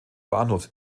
bahnhofs